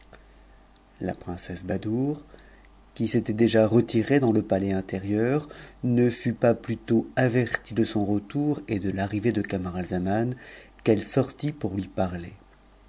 la princesse badoure qui s'était déjà retirée dans le palais intm'icm ne fut pas plutôt avertie de son retour et de l'arrivée de camaratxaman qu'elle sortit pour lui parler